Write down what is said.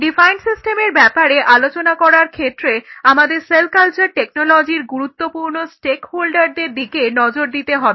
defined সিস্টেমের ব্যাপারে আলোচনা করার ক্ষেত্রে আমাদের সেল কালচার টেকনোলজির গুরুত্বপূর্ণ স্টেকহোল্ডারদের stakeholder দিকে নজর দিতে হবে